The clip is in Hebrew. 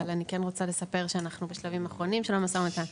אבל אני כן רוצה לספר שאנחנו בשלבים אחרונים של המשא ומתן,